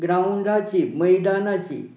ग्रावंडाची मैदानाची